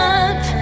up